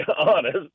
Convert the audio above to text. honest